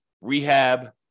rehab